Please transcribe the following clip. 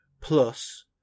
Plus